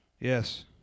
Yes